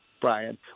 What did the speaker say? Brian